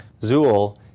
Zool